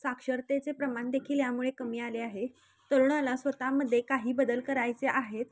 साक्षरतेचे प्रमाण देखील यामुळे कमी आले आहे तरूणाला स्वतःमध्ये काही बदल करायचे आहेत